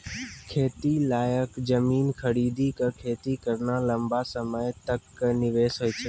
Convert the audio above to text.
खेती लायक जमीन खरीदी कॅ खेती करना लंबा समय तक कॅ निवेश होय छै